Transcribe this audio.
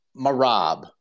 Marab